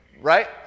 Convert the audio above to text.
Right